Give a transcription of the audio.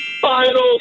final